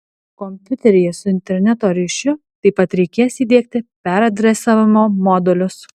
kompiuteryje su interneto ryšiu taip pat reikės įdiegti peradresavimo modulius